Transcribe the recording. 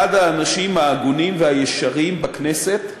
אחד האנשים ההגונים והישרים בכנסת,